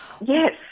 Yes